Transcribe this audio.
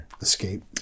Escape